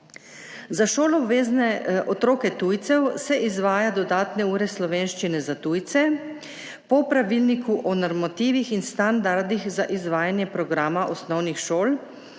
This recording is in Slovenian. Za šoloobvezne otroke tujcev se izvaja dodatne ure slovenščine za tujce po Pravilniku o normativih in standardih za izvajanje programa osnovnih šol.